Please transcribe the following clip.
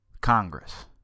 Congress